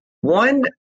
one